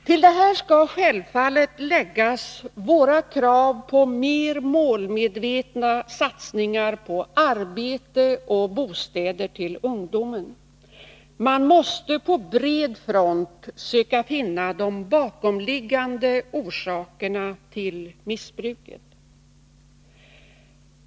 Till detta skall självfallet läggas våra krav på mer målmedvetna satsningar på arbete och bostäder till ungdomen. Man måste på bred front söka finna de bakomliggande orsakerna till missbruket.